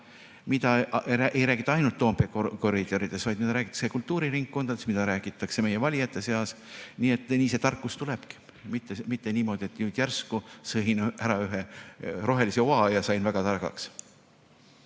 mida räägitakse Toompea koridorides, vaid ka seda, mida räägitakse kultuuriringkondades, mida räägitakse meie valijate seas. Nii see tarkus tulebki, mitte niimoodi, et nüüd järsku sõin ära ühe rohelise oa ja sain väga targaks.